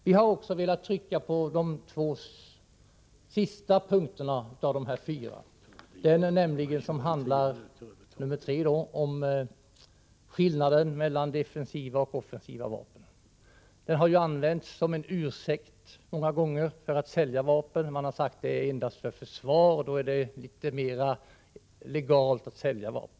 Vi har velat trycka på även de två sista av de fyra punkterna. Punkt nr 3 handlar om skillnaden mellan defensiva och offensiva vapen och har många gånger använts som en ursäkt för att sälja vapen. Man har då sagt att vapnen varit avsedda endast för försvar, och då betraktas det som litet mera legalt att sälja dem.